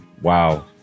wow